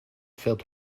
fährt